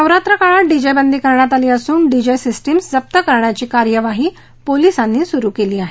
नवरात्र काळात डीजे बंदी करण्यात आली असुन डीजे सिस्टीम जप्त करण्याची कार्यवाही पोलिसांनी सुरु केली आहे